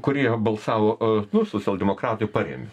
kurie balsavo socialdemokratai parėmė